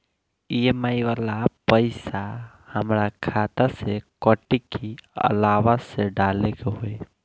EMI वाला पैसा हाम्रा खाता से कटी की अलावा से डाले के होई?